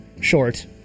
short